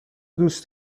دوست